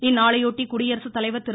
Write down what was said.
இந்நாளையொட்டி குடியரசுத்தலைவர் திரு